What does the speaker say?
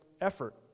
effort